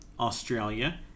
Australia